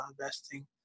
investing